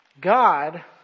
God